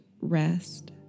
rest